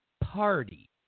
party